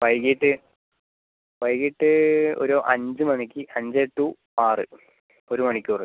വൈകിട്ട് വൈകിട്ട് ഒരു അഞ്ച് മണിക്ക് അഞ്ച് ടു ആറ് ഒരു മണിക്കൂറ്